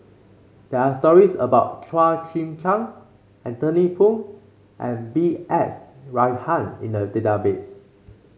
there are stories about Chua Chim Kang Anthony Poon and B S Rajhan in the database